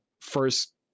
first